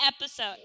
episode